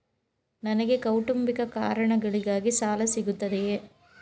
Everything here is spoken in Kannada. ನನಗೆ ಕೌಟುಂಬಿಕ ಕಾರಣಗಳಿಗಾಗಿ ಸಾಲ ಸಿಗುತ್ತದೆಯೇ?